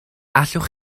allwch